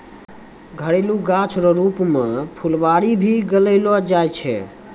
घरेलू गाछ रो रुप मे फूलवारी भी लगैलो जाय छै